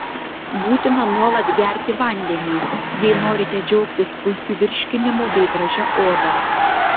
būtina nuolat gerti vandenį jei norite džiaugtis puikiu virškinimu bei gražia oda